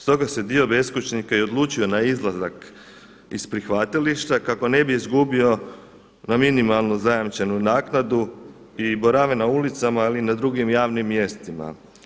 Stoga se dio beskućnika i odlučio na izlazak iz prihvatilišta kako ne bi izgubio minimalno zajamčenu naknadu i boravi na ulicama, ali i na drugim javnim mjestima.